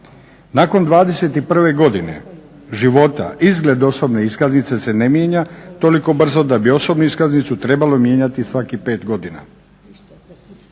Nakon 21 godine života izgled osobne iskaznice se ne mijenja toliko brzo da bi osobnu iskaznicu trebalo mijenjati svakih 5 godina.